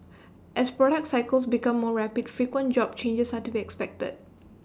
as product cycles become more rapid frequent job changes are to be expected